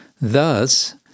Thus